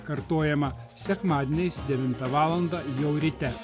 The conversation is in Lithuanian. kartojama sekmadieniais devintą valandą jau ryte